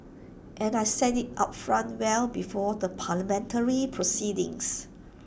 and I said IT upfront well before the parliamentary proceedings